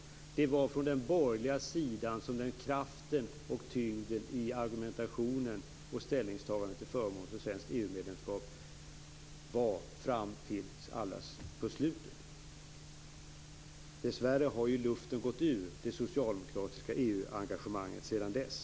Men det var ju från den borgerliga sidan som kraften och tyngden i argumentationen och ställningstagandet, till förmån för ett svenskt EU-medlemskap, kom och så var det ända fram till på slutet. Tyvärr har luften gått ur det socialdemokratiska EU-engagemanget sedan dess.